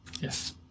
Yes